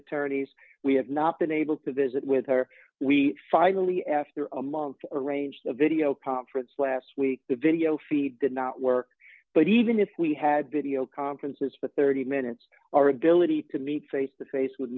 attorneys we have not been able to visit with her we finally after a month arranged a video conference last week the video feed did not work but even if we had video conferences for thirty minutes our ability to meet face to face w